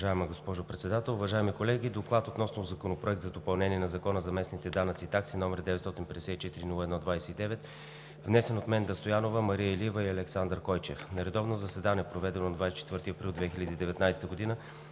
Уважаема госпожо Председател, уважаеми колеги! „ДОКЛАД относно Законопроект за допълнение на Закона за местните данъци и такси, № 954-01-29, внесен от Менда Стоянова, Мария Илиева и Александър Койчев На редовно заседание, проведено на 24 април 2019 г.,